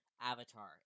Avatar